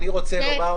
כן,